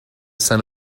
saint